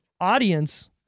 Audience